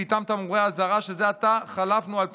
ואיתם תמרורי האזהרה שזה עתה חלפנו על פניהם,